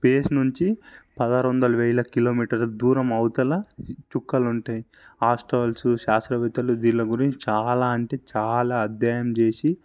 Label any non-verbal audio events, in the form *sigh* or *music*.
space నుంచి పదహారువందల వేల కిలోమీటర్ల దూరం అవుతల చుక్కలు ఉంటాయి *unintelligible* శాస్త్రవేత్తలు వీళ్ళ గురించి చాలా అంటే చాలా అధ్యయనం చేసి